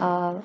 err